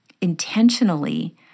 intentionally